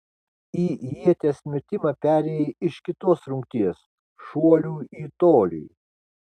į ieties metimą perėjai iš kitos rungties šuolių į tolį